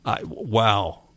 Wow